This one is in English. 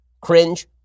Cringe